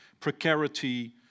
precarity